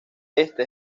este